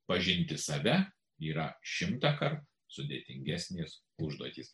pažinti save yra šimtąkart sudėtingesnės užduotys